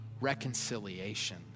reconciliation